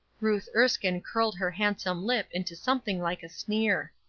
ruth erskine curled her handsome lip into something like a sneer.